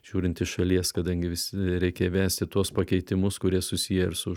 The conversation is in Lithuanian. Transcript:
žiūrint iš šalies kadangi vis reikia įvesti tuos pakeitimus kurie susiję ir su